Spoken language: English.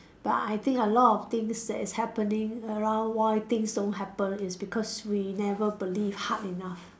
but I think a lot of things that is happening around why things don't happen is because we never believe hard enough